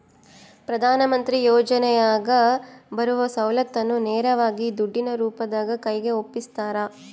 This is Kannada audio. ಪ್ರಧಾನ ಮಂತ್ರಿ ಯೋಜನೆಯಾಗ ಬರುವ ಸೌಲತ್ತನ್ನ ನೇರವಾಗಿ ದುಡ್ಡಿನ ರೂಪದಾಗ ಕೈಗೆ ಒಪ್ಪಿಸ್ತಾರ?